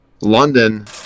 london